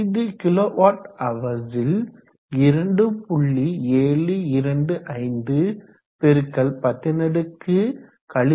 இது kilowatt ஹவர்ஸ்ல் 2